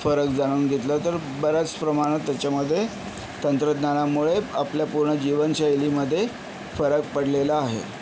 फरक जाणून घेतला तर बऱ्याच प्रमाणात त्याच्यामध्ये तंत्रज्ञानामुळे आपल्या पूर्ण जीवनशैलीमध्ये फरक पडलेला आहे